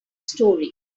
story